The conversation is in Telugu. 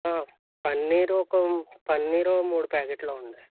పన్నీరు ఒక పన్నీరు ఓ మూడు ప్యాకెట్లు ఇవ్వండి